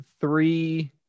three